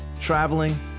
traveling